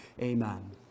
amen